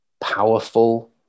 powerful